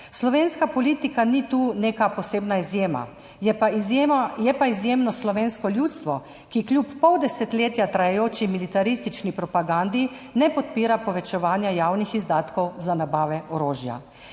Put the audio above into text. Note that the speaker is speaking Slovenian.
Slovenska politika ni tu neka posebna izjema. Je pa izjemno slovensko ljudstvo, ki kljub pol desetletja trajajoči militaristični propagandi ne podpira povečevanja javnih izdatkov za nabave orožja.